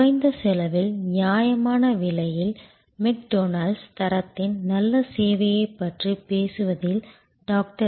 குறைந்த செலவில் நியாயமான விலையில் மெக்டொனால்ட்ஸ் தரத்தின் நல்ல சேவையைப் பற்றி பேசுவதில் டாக்டர்